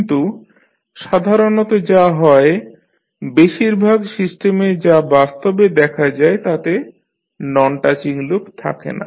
কিন্ত সাধারণতঃ যা হয় বেশিরভাগ সিস্টেমে যা বাস্তবে দেখা যায় তাতে নন টাচিং লুপ থাকে না